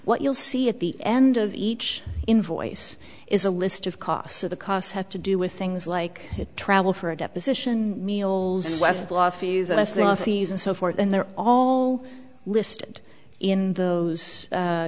what you'll see at the end of each invoice is a list of costs of the costs have to do with things like travel for a deposition meals westlaw fees and so forth and they're all listed in those